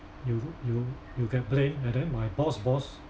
you lo~ you you get blamed and then my boss's boss